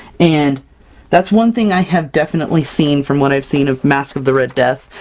and that's one thing i have definitely seen from what i've seen of masque of the red death,